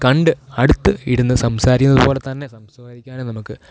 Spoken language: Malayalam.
കണ്ട് അടുത്ത് ഇരുന്ന് സംസാരിക്കുന്നത് പോലെ തന്നെ സംസാരിക്കുവാനും നമുക്ക്